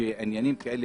שעניינים כאלה